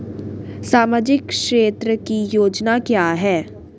सामाजिक क्षेत्र की योजना क्या है?